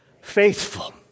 Faithful